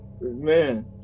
Man